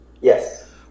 Yes